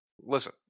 Listen